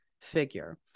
figure